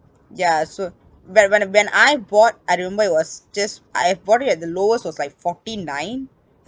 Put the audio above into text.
ya so when when when I bought I remember it was just I have bought it at the lowest was like forty nine